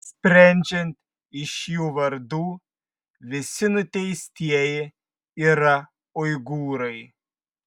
sprendžiant iš jų vardų visi nuteistieji yra uigūrai